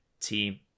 Team